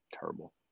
Terrible